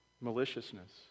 Maliciousness